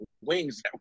wings